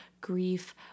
grief